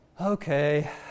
Okay